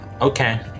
Okay